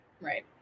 right